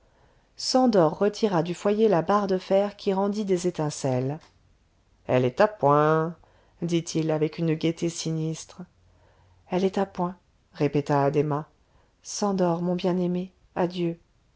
szandor retira du foyer la barre de fer qui rendit des étincelles elle est à point dit-il avec une gaieté sinistre elle est à point répéta addhéma szandor mon bien-aimé adieu